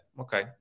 Okay